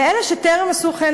לאלה שטרם עשו כן,